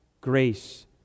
grace